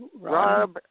Rob